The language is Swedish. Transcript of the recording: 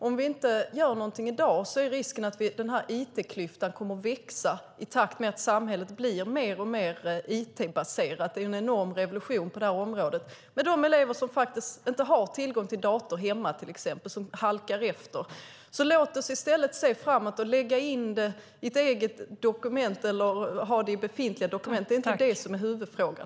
Om vi inte gör någonting i dag är risken att it-klyftan kommer att växa i takt med att samhället blir mer och mer it-baserat. Det är en enorm revolution på det här området. Elever som inte har tillgång till dator hemma halkar efter. Låt oss i stället se framåt och lägga in det här i ett eget dokument eller ha det i befintliga dokument. Det är inte det som är huvudfrågan.